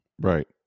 Right